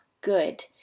good